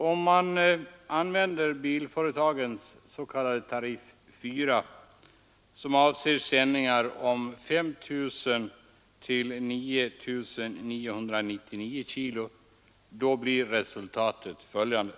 Om man använder bilföretagens s.k. tariff 4, som avser sändningar om 5 000—9 999 kg, blir resultatet följande.